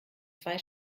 zwei